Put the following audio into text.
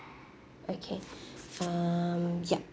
okay um ya